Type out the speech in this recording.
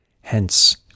Hence